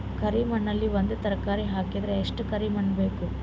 ಕರಿ ಮಣ್ಣಿನಲ್ಲಿ ಒಂದ ತರಕಾರಿ ಹಾಕಿದರ ಎಷ್ಟ ಕರಿ ಮಣ್ಣು ಬೇಕು?